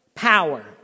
power